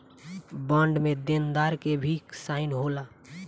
bond में देनदार के भी साइन होला